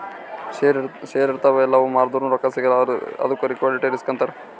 share ಇರ್ತಾವ್ ಅಲ್ಲ ಅವು ಮಾರ್ದುರ್ನು ರೊಕ್ಕಾ ಸಿಗಲ್ಲ ಅದ್ದುಕ್ ಲಿಕ್ವಿಡಿಟಿ ರಿಸ್ಕ್ ಅಂತಾರ್